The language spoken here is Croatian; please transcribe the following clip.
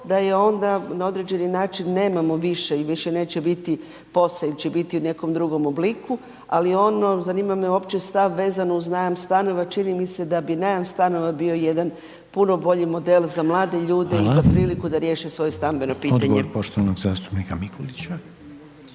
da je onda na određeni način nemamo više i više neće biti POS-a ili će biti u nekom drugom obliku. Ali ono, zanima me uopće stav vezano uz najam stanova, čini mi se da bi najam stanova bio jedan puno bolji model za mlade ljude i za priliku da riješe svoje stambeno pitanje.